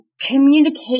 communicate